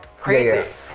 Crazy